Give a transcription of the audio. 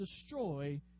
destroy